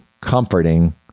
comforting